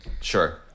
Sure